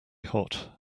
hot